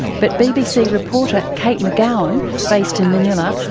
but bbc reporter kate mcgeown based in manila,